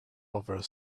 over